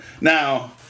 Now